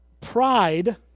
pride